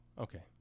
okay